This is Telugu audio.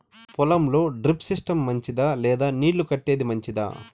పొలం లో డ్రిప్ సిస్టం మంచిదా లేదా నీళ్లు కట్టేది మంచిదా?